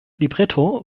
libretto